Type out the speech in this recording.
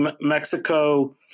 Mexico